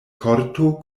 korto